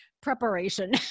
preparation